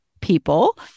people